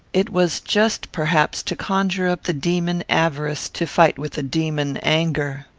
it was just, perhaps, to conjure up the demon avarice to fight with the demon anger.